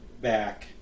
back